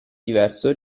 diverso